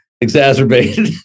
exacerbated